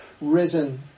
risen